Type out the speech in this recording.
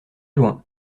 loin